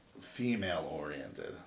female-oriented